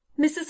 Mrs